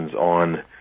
on